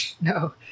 No